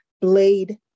Blade